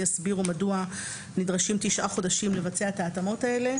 יסבירו מדוע נדרשים תשעה חודשים לבצע את ההתאמות האלה.